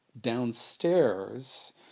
downstairs